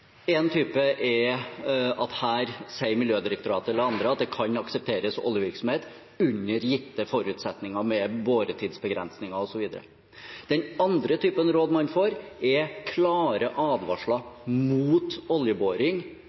det kan aksepteres oljevirksomhet under gitte forutsetninger, med boretidsbegrensninger osv. Den andre typen råd man får, er klare advarsler mot